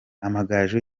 amagaju